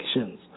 actions